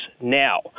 now